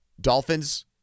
Dolphins